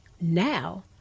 now